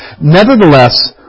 Nevertheless